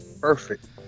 Perfect